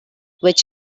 which